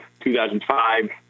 2005